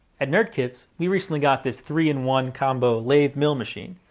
at nerdkits, we recently got this three in one combo lathe mill machine.